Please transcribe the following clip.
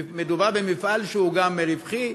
מדובר במפעל שהוא גם רווחי,